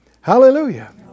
Hallelujah